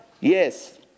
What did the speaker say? Yes